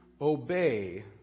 obey